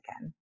again